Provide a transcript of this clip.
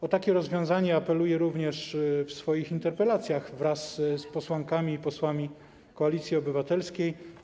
O takie rozwiązanie apeluję również w swoich interpelacjach wraz z posłankami i posłami Koalicji Obywatelskiej.